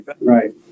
Right